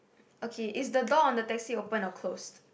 okay is the door on the taxi open or closed